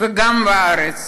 וגם בארץ